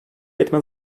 etme